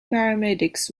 paramedics